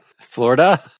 Florida